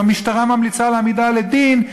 והמשטרה ממליצה להעמידה לדין,